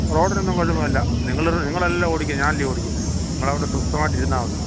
റോഡിനൊന്നും കുഴപ്പമില്ല നിങ്ങൾ നിങ്ങൾ അല്ലല്ലോ ഓടിക്കുന്നത് ഞാൻ അല്ലയോ ഓടിക്കുന്നത് നിങ്ങൾ അവിടെ സ്വസ്ഥമായിട്ട് ഇരുന്നാൽ മതി